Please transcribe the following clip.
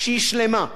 בפירוש לא.